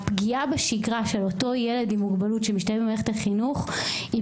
הפגיעה בשגרה של אותו ילד עם מוגבלות שמשתלב במערכת החינוך היא